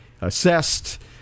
assessed